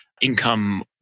income